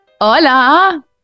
Hola